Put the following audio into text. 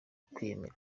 kwiyemeza